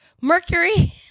Mercury